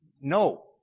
No